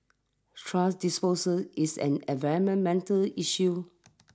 trash disposal is an environmental issue